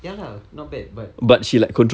ya lah not bad but